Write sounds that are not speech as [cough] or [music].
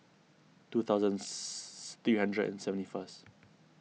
two thousand [noise] three hundred and seventy first